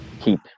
keep